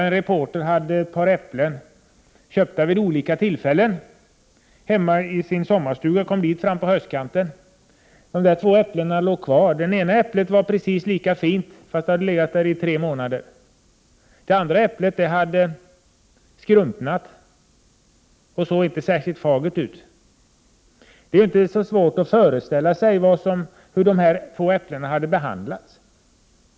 En reporter berättade att han hade ett par äpplen, köpta vid olika tillfällen; hemma i sin sommarstuga. Han kom dit fram på höstkanten. De två äpplena låg kvar. Det ena äpplet var precis lika fint, trots att det hade legat där i tre månader. Det andra äpplet hade skrumpnat och såg inte särskilt fagert ut. Det är inte svårt att föreställa sig hur dessa två äpplen hade behandlats.